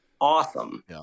Awesome